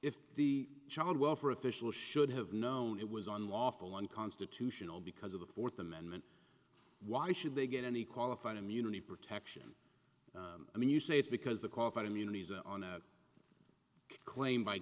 if the child welfare officials should have known it was on lawful unconstitutional because of the fourth amendment why should they get any qualified immunity protection i mean you say it's because the qualified immunity isn't on a claim by